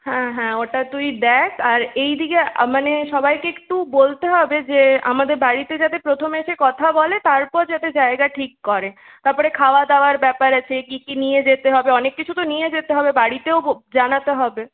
হ্যাঁ হ্যাঁ ওটা তুই দেখ আর এই দিকে মানে সবাইকে একটু বলতে হবে যে আমাদের বাড়িতে যাতে প্রথমে এসে কথা বলে তারপর যাতে জায়গা ঠিক করে তারপরে খাওয়াদাওয়ার ব্যাপার আছে কি কি নিয়ে যেতে হবে অনেক কিছু তো নিয়ে যেতে হবে বাড়িতেও জানাতে হবে